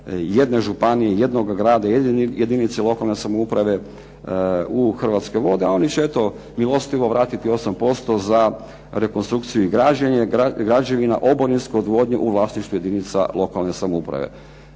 jedne županije, jednog grada, jedne jedinice lokalne samouprave u Hrvatske vode, a oni će eto milostivo vratiti 8% za rekonstrukciju i građenje građevina oborinske odvodnje u vlasništvo jedinica lokalne samouprave.